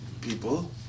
people